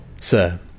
Sir